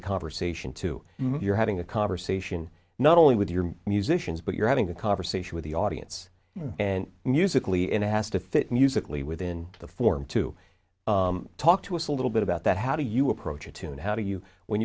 a conversation to you're having a conversation not only with your musicians but you're having a conversation with the audience and musically and it has to fit musically within the forum to talk to us a little bit about that how do you approach a tune how do you when